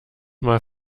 mal